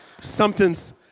something's